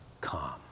calm